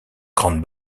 grandes